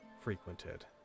frequented